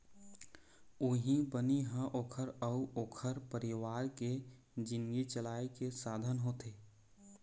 उहीं बनी ह ओखर अउ ओखर परिवार के जिनगी चलाए के साधन होथे